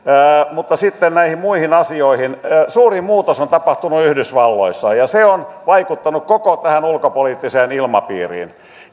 mutta sitten näihin muihin asioihin suuri muutos on tapahtunut yhdysvalloissa ja se on vaikuttanut koko tähän ulkopoliittiseen ilmapiiriin